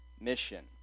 mission